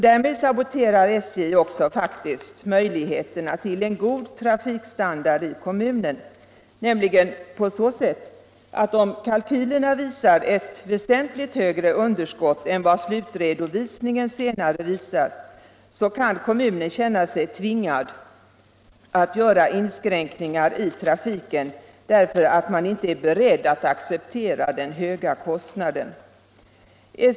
Därmed saboterar SJ faktiskt också möjligheterna till en god trafikstandard i kommunen, nämligen på så sätt, att om kalkylerna visar ett väsentligt högre underskott än vad slutredovisningen senare kommer att visa, kan kommunen känna sig tvingad att göra inskränkningar i trafiken, eftersom man inte är beredd att acceptera den höga kostnaden.